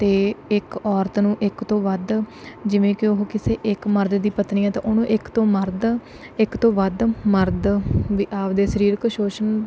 ਅਤੇ ਇੱਕ ਔਰਤ ਨੂੰ ਇੱਕ ਤੋਂ ਵੱਧ ਜਿਵੇਂ ਕਿ ਉਹ ਕਿਸੇ ਇੱਕ ਮਰਦ ਦੀ ਪਤਨੀ ਹੈ ਤਾਂ ਉਹਨੂੰ ਇੱਕ ਤੋਂ ਮਰਦ ਇੱਕ ਤੋਂ ਵੱਧ ਮਰਦ ਵੀ ਆਪਦੇ ਸਰੀਰਕ ਸ਼ੋਸ਼ਣ